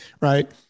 right